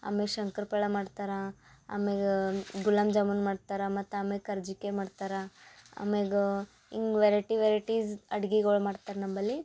ಆಮ್ಯಾಗ ಶಂಕರ್ ಪಳೆ ಮಾಡ್ತಾರೆ ಆಮ್ಯಾಗ ಗುಲಾಬ್ ಜಾಮೂನ್ ಮಾಡ್ತಾರೆ ಮತ್ತು ಆಮ್ಯಾಕ ಕರ್ಜಿ ಕಾಯಿ ಮಾಡ್ತಾರೆ ಆಮ್ಯಾಗಾ ಹಿಂಗೆ ವೆರೈಟಿ ವೆರೈಟೀಸ್ ಅಡ್ಗಿಗಳು ಮಾಡ್ತಾರೆ ನಮ್ಮಲ್ಲಿ